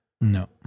No